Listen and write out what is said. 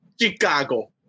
Chicago